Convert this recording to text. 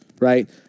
right